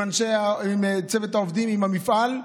עם צוות העובדים, עם המפעל,